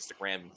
Instagram